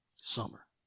summer